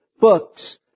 books